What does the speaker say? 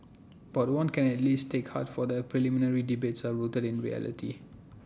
but one can at least take heart that the parliamentary debates are rooted in reality